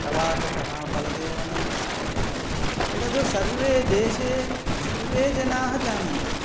प्रवाचकः बलदेवनन्दसागरः यदा सर्वे देशे सर्वे जनाः जानन्ति